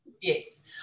Yes